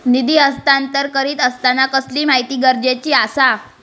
निधी हस्तांतरण करीत आसताना कसली माहिती गरजेची आसा?